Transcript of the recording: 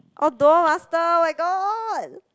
oh Duel-Master my god